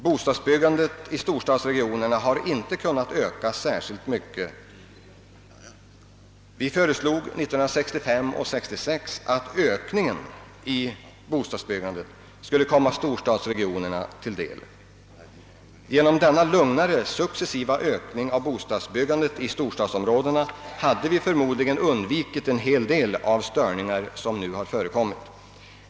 Bostadsbyggandet i storstadsregionerna har inte kunnat ökas särskilt mycket. Vi förslog 1965 och 1966 att ökningen av bostadsbyggandet skulle komma storstadsregionerna till del. Genom denna lugnare successiva ökning av bostadsbyggandet i storstadsområdena hade vi förmodligen undvikit en hel del av de störningar som nu förekommit.